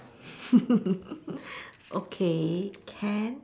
okay can